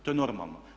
To je normalno.